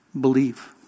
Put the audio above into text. Believe